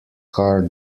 car